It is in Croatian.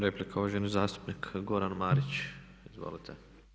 Replika, uvaženi zastupnik Goran Marić, izvolite.